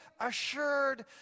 assured